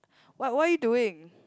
what what are you doing